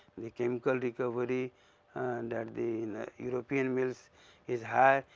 the chemical recovery and that the european mills is high,